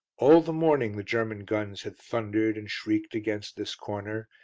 all the morning the german guns had thundered and shrieked against this corner,